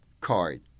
card